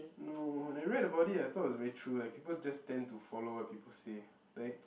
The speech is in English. no I read about it and I thought it was very true that people just tend to follow what people say like